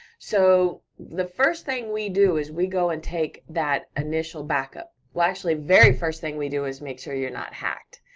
so, the first thing we do is we go and take that initial backup. well, actually, very first thing we do is make sure you're not hacked,